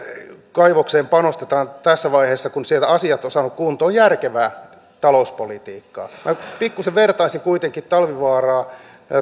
kaivokseen panostetaan tässä vaiheessa kun siellä asiat on saatu kuntoon on järkevää talouspolitiikkaa minä pikkuisen vertaisin kuitenkin talvivaaraa